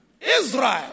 Israel